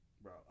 bro